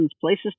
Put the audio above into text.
places